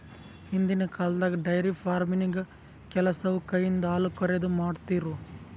ಹಿಂದಿನ್ ಕಾಲ್ದಾಗ dairy farming ಕೆಲಸವು ಕೈಯಿಂದ ಹಾಲುಕರೆದು, ಮಾಡ್ತಿರು